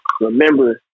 remember